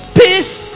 peace